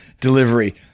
delivery